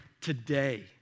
today